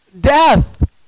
death